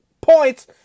points